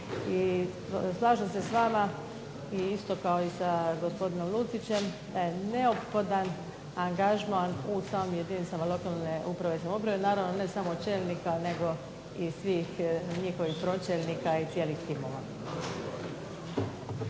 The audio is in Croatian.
I slažem se s vama i isto kao i sa gospodinom Lucićem da je neophodan angažman u samim jedinicama lokalne uprave i samouprave, naravno ne samo čelnika nego i svih njihovih pročelnika i cijelih timova.